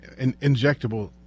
Injectable